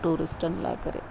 टूरिस्टनि लाइ करे